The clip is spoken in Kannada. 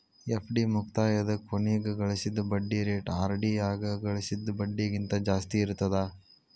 ಎಫ್.ಡಿ ಮುಕ್ತಾಯದ ಕೊನಿಗ್ ಗಳಿಸಿದ್ ಬಡ್ಡಿ ರೇಟ ಆರ್.ಡಿ ಯಾಗ ಗಳಿಸಿದ್ ಬಡ್ಡಿಗಿಂತ ಜಾಸ್ತಿ ಇರ್ತದಾ